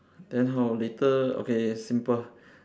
then how later okay simple